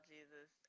Jesus